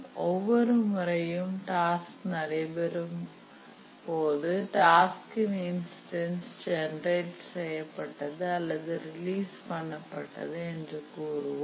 ஒவ்வொரு முறையும் டாஸ்க் நடைபெறும்போது டாஸ்கின் இன்ஸ்டன்ஸ் ஜெனரேட் செய்யப்பட்டது அல்லது ரிலீஸ் பண்ணப்பட்டது என்று கூறுவோம்